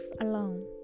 alone